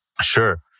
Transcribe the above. Sure